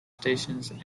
stations